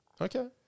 Okay